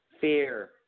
fear